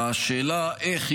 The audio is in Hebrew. והשאלה היא איך,